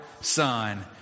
Son